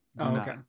okay